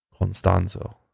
Constanzo